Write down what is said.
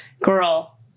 girl